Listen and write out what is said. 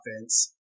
offense